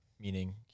meaning